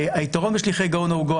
היתרון בשליחי go-no-go,